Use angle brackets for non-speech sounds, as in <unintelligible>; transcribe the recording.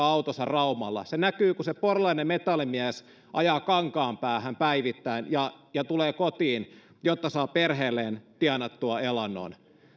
<unintelligible> autonsa raumalla se näkyy kun se porilainen metallimies ajaa kankaanpäähän päivittäin ja ja tulee kotiin jotta saa perheelleen tienattua elannon